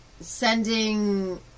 sending